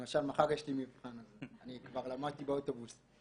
למשל מחר יש לי מבחן אז אני כבר למדתי באוטובוס.